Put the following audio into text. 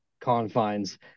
confines